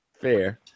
Fair